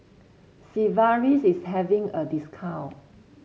Sigvaris is having a discount